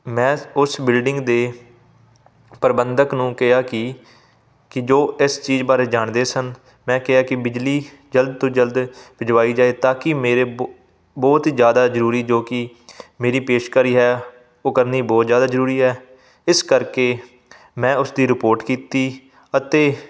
ਮੈਂ ਉਸ ਬਿਲਡਿੰਗ ਦੇ ਪ੍ਰਬੰਧਕ ਨੂੰ ਕਿਹਾ ਕਿ ਕਿ ਜੋ ਇਸ ਚੀਜ਼ ਬਾਰੇ ਜਾਣਦੇ ਸਨ ਮੈਂ ਕਿਹਾ ਕਿ ਬਿਜਲੀ ਜਲਦ ਤੋਂ ਜਲਦ ਦਵਾਈ ਜਾਏ ਤਾਂ ਕਿ ਮੇਰੇ ਬਹੁ ਬਹੁਤ ਹੀ ਜ਼ਿਆਦਾ ਜ਼ਰੂਰੀ ਜੋ ਕਿ ਮੇਰੀ ਪੇਸ਼ਕਾਰੀ ਹੈ ਉਹ ਕਰਨੀ ਬਹੁਤ ਜ਼ਿਆਦਾ ਜ਼ਰੂਰੀ ਹੈ ਇਸ ਕਰਕੇ ਮੈਂ ਉਸਦੀ ਰਿਪੋਟ ਕੀਤੀ ਅਤੇ